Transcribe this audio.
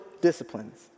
disciplines